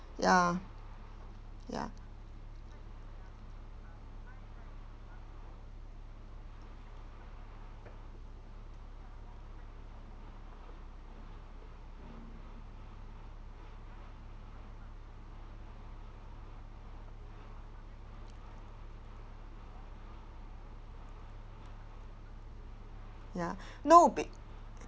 ya ya ya no